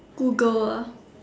Google ah